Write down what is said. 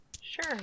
Sure